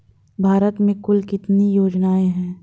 भारत में कुल कितनी योजनाएं हैं?